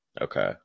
Okay